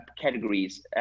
categories